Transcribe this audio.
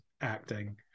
acting